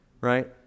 right